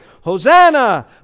Hosanna